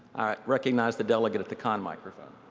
i recognize the delegate at the con microphone.